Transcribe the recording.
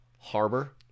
harbor